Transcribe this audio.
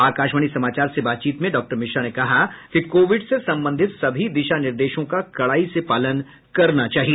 आकाशवाणी समाचार से बातचीत में डॉक्टर मिश्रा ने कहा कि कोविड से संबंधित सभी दिशा निर्देशों का कडाई से पालन करना चाहिए